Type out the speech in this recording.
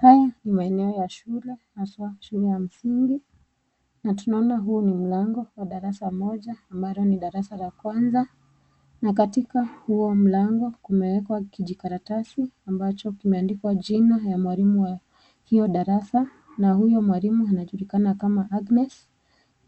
Haya ni maeneo ya shule, haswa shule ya msingi, na tunaona huu ni mlango wa darasa moja, ambalo ni darasa la kwanza, na katika huo mlango kumewekwa kijikaratasi, ambacho kimeandikwa jina ya mwalimu wa hio darasa z na huyo mwalimu anajulikana kama Agnes,